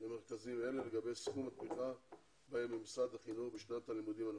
במרכזים האלה לגבי סכום התמיכה בהם ממשרד החינוך בשנת הלימודים הנוכחית.